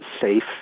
safe